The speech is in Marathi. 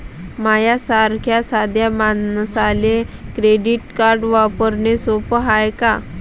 माह्या सारख्या साध्या मानसाले क्रेडिट कार्ड वापरने सोपं हाय का?